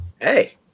hey